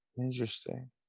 Interesting